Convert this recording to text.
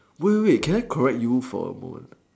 wait wait wait can I correct you for a moment